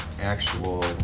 actual